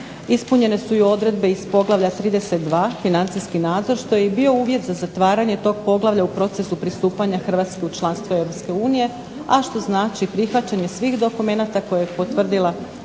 ispunjene su i odredbe iz poglavlja 32. – Financijski nadzor što je i bio uvjet za zatvaranje tog poglavlja u procesu pristupanja Hrvatske u članstvo Europske unije, a što znači prihvaćanje svih dokumenata koje je potvrdila Europska